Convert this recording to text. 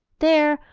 there,